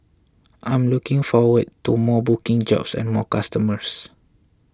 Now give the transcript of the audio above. I'm looking forward to more booking jobs and more customers